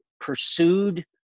pursued